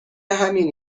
همین